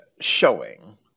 showing